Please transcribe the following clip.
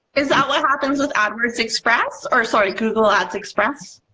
is that what happens with adwords express or sorry google ads express